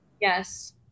Yes